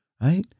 right